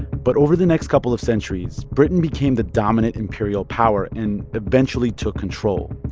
but over the next couple of centuries, britain became the dominant imperial power and eventually took control.